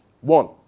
One